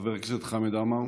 חבר הכנסת חמד עמאר.